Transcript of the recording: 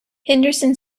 henderson